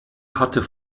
hatte